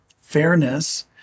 fairness